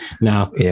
Now